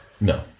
No